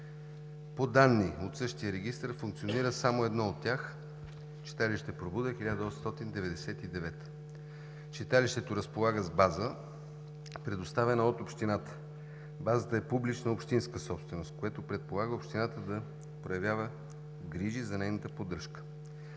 По данни от същия регистър функционира само едно от тях – читалище „Пробуда“ – 1899. Читалището разполага с база, предоставена от общината. Базата е публична общинска собственост, което предполага общината да проявява грижи за нейната поддръжка.